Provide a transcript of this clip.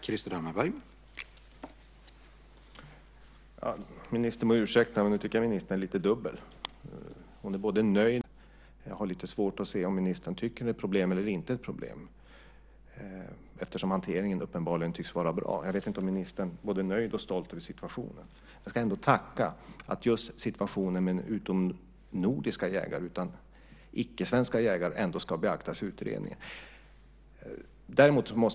Herr talman! Ministern må ursäkta, men nu tycker jag att ministern är lite dubbel. Hon är nöjd med situationen som den är i dag, men vi ska ändå beakta problemet. Jag har lite svårt att se om ministern tycker att det är ett problem eller inte ett problem, eftersom hanteringen uppenbarligen tycks vara bra. Jag vet inte om ministern är både nöjd och stolt över situationen. Jag ska ändå tacka för att just situationen med icke-svenska jägare ändå ska beaktas i utredningen.